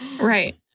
Right